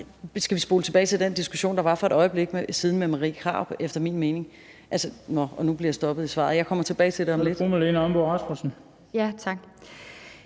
mening spole tilbage til den diskussion, der var for et øjeblik siden med fru Marie Krarup – nu bliver jeg stoppet i mit svar, men jeg kommer tilbage til det om lidt.